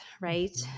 right